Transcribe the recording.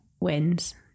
wins